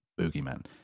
boogeyman